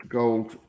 gold